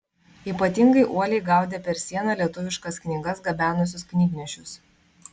ypatingai uoliai gaudė per sieną lietuviškas knygas gabenusius knygnešius